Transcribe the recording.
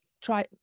try